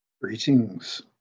Greetings